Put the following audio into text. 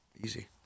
Easy